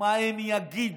מה הם יגידו.